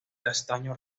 castaño